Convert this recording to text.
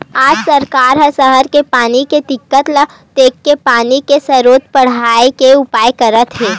आज सरकार ह सहर के पानी के दिक्कत ल देखके पानी के सरोत बड़हाए के उपाय करत हे